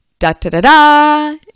da-da-da-da